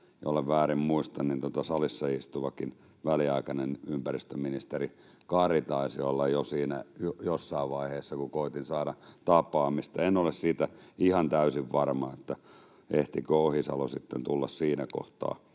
Jollen väärin muista, niin tuo salissa istuvakin väliaikainen ympäristöministeri Kari taisi olla siinä jo jossain vaiheessa, kun koetin saada tapaamista — en ole siitä ihan täysin varma, ehtikö Ohisalo sitten tulla siinä kohtaa.